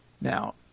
Now